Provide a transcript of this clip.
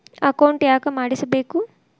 Account ಯಾಕ್ ಮಾಡಿಸಬೇಕು?